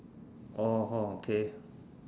oh (ho) K